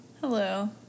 Hello